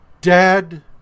dad